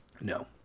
No